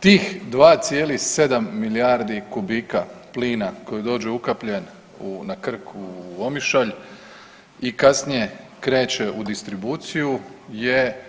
Tih 2,7 milijardi kubika plina koji dođe ukapljen u, na Krk u Omišalj i kasnije kreće u distribuciju je